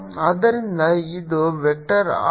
ಆದ್ದರಿಂದ ಇದು vector r